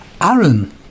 Aaron